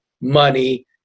money